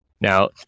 Now